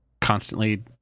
constantly